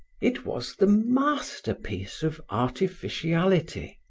it was the masterpiece of artificiality.